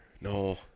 No